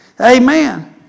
Amen